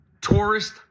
tourist